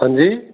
ਹਾਂਜੀ